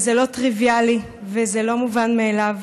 וזה לא טריוויאלי וזה לא מובן מאליו,